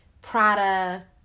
Prada